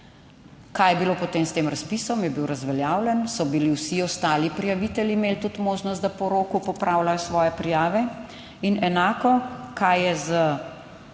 Kaj je bilo potem s tem razpisom? Je bil razveljavljen, so bili vsi ostali prijavitelji imeli tudi možnost, da po roku popravljajo svoje prijave. In enako, kaj je z